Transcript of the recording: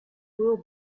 will